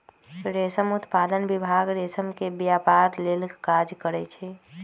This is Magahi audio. रेशम उत्पादन विभाग रेशम के व्यपार लेल काज करै छइ